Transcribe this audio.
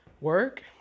work